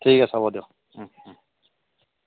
ঠিক আছে হ'ব দিয়ক